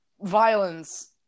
violence